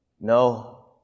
No